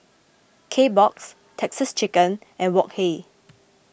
Kbox Texas Chicken and Wok Hey